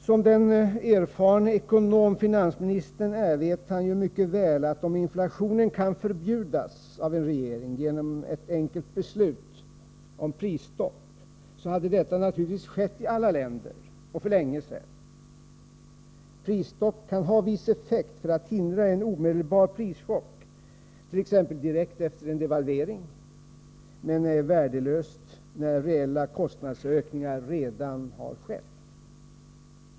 Som den erfarne ekonom finansministern är vet han mycket väl, att om inflationen kan förbjudas av en regering genom ett enkelt beslut om prisstopp, hade detta naturligtvis skett i alla länder och för länge sedan. Prisstopp kan ha viss effekt för att hindra en omedelbar prischock, t.ex. direkt efter en devalvering, men är värdelöst när reella kostnadsökningar redan har skett.